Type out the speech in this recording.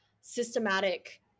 systematic